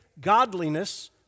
godliness